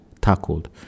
tackled